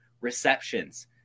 receptions